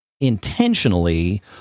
intentionally